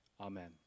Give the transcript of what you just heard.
Amen